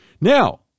Now